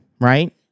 Right